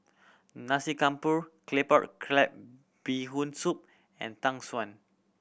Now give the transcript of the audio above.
Nasi Campur Claypot Crab Bee Hoon Soup and tang